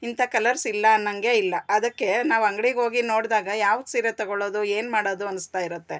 ಇಂಥ ಕಲರ್ಸಿಲ್ಲ ಅನ್ನೋಂಗೆ ಇಲ್ಲ ಅದಕ್ಕೆ ನಾವು ಅಂಗಡಿಗೋಗಿ ನೋಡಿದಾಗ ಯಾವುದು ಸೀರೆ ತಗೊಳ್ಳೋದು ಏನು ಮಾಡೋದು ಅನ್ನಿಸ್ತಾಯಿರುತ್ತೆ